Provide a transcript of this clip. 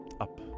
up